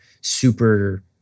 super